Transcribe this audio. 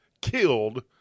killed